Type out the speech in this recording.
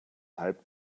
hype